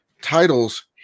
titles